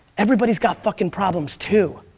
everybody's got fucking problems too.